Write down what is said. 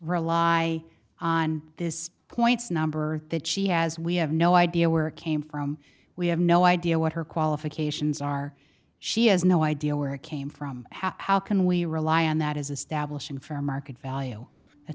rely on this points number that she has we have no idea where it came from we have no idea what her qualifications are she has no idea where it came from how can we rely on that is establishing fair market value that